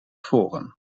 forum